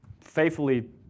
faithfully